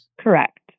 Correct